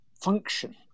function